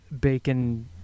bacon